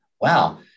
wow